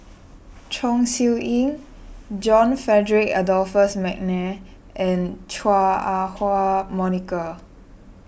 Chong Siew Ying John Frederick Adolphus McNair and Chua Ah Huwa Monica